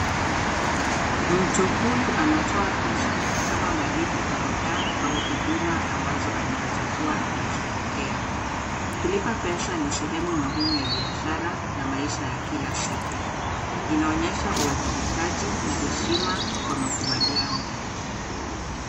Mtu huyu anatoa pesa kama malipo kwa bidhaa au huduma ambazo anaweza kuwa amezipokea. Kulipa pesa ni sehemu muhimu ya biashara na maisha ya kila siku. Inaonyesha uwajibikaji na heshima kwa makubaliano.